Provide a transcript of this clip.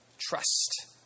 Trust